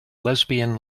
lesbian